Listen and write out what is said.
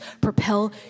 propel